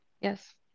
Yes